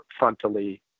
frontally